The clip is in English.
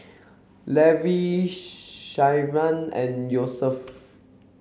Levi Shyanne and Yosef